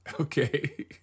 Okay